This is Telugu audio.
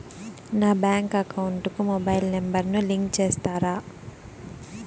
నా బ్యాంకు అకౌంట్ కు మొబైల్ నెంబర్ ను లింకు చేస్తారా?